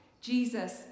Jesus